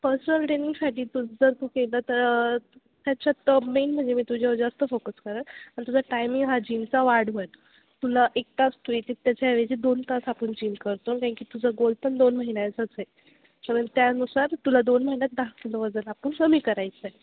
personal ट्रेनिंगसाठी तू जर तू केलं तर त्याच्यात मेन म्हणजे मी तुझ्यावर जास्त फोकस करेन आणि तुझा टायमिंग हा जीमचा वाढवेल तुला एक तास तू येते त्याच्या ऐवजी दोन तास आपण जीम करतो कारण की तुझं गोल पण दोन महिन्याचंच आहे कारण त्यानुसार तुला दोन महिन्यात दहा किलो वजन आपण कमी करायचं आहे